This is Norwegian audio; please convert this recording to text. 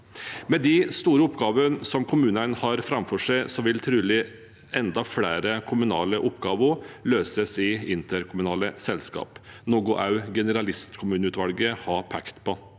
Med de store oppgavene kommunene har foran seg, vil trolig enda flere kommunale oppgaver løses i interkommunale selskap, noe også generalistkommuneutvalget har pekt på.